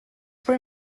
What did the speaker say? were